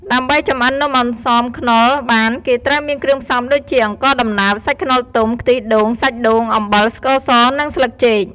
ដើម្បីចម្អិននំអន្សមខ្នុរបានគេត្រូវមានគ្រឿងផ្សំដូចជា អង្ករដំណើប សាច់ខ្នុរទុំ ខ្ទិះដូង សាច់ដូង អំបិល ស្ករសនិងស្លឹកចេក។